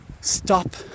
stop